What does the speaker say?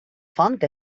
font